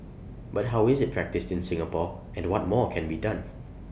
but how is IT practised in Singapore and what more can be done